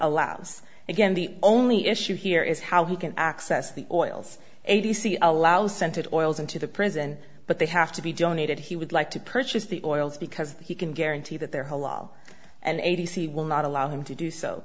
allows again the only issue here is how he can access the oils a t c allows scented oils into the prison but they have to be donated he would like to purchase the oils because he can guarantee that their whole law and a t c will not allow him to do so